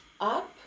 up